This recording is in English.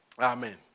amen